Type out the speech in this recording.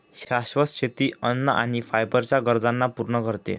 शाश्वत शेती अन्न आणि फायबर च्या गरजांना पूर्ण करते